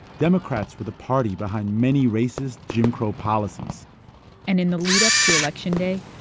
democrats were the party behind many racist jim crow policies and in the lead up to election day,